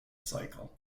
cycle